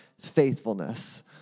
faithfulness